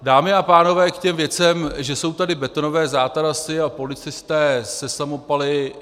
Dámy a pánové, k těm věcem, že jsou tady betonové zátarasy a policisté se samopaly.